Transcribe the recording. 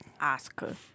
Oscar